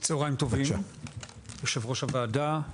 צהריים טובים יושב-ראש הוועדה,